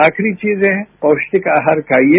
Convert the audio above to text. आखिरी चीजें पौष्टिक आहार खाइए